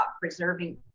preserving